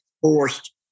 forced